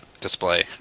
display